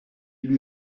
lui